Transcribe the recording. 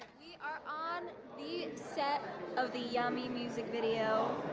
we are on the set of the yummy music video.